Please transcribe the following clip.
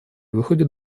выходят